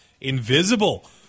invisible